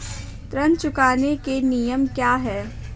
ऋण चुकाने के नियम क्या हैं?